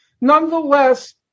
nonetheless